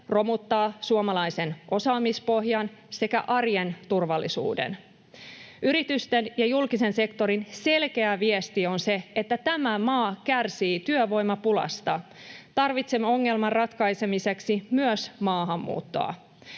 romuttaa suomalaisen osaamispohjan sekä arjen turvallisuuden. Yritysten ja julkisen sektorin selkeä viesti on se, että tämä maa kärsii työvoimapulasta. Tarvitsemme ongelman ratkaisemiseksi myös maahanmuuttoa.